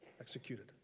executed